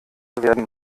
werden